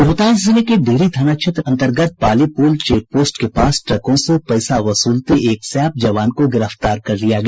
रोहतास जिले के डिहरी थाना क्षेत्र अंतर्गत पाली पुल चेकपोस्ट के पास ट्रकों से पैसा वसूलते हुए एक सैप जवान को गिरफ्तार कर लिया गया